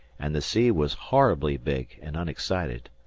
and the sea was horribly big and unexcited.